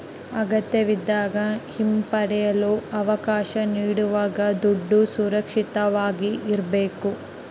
ಅಗತ್ಯವಿದ್ದಾಗ ಹಿಂಪಡೆಯಲು ಅವಕಾಶ ನೀಡುವಾಗ ದುಡ್ಡು ಸುರಕ್ಷಿತವಾಗಿ ಇರ್ಬೇಕು